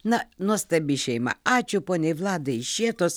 na nuostabi šeima ačiū poniai vladai iš šėtos